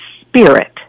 spirit